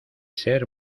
ser